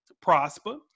Prosper